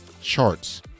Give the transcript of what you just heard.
charts